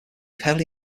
heavily